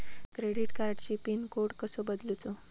Credit कार्डची pin code कसो बदलुचा?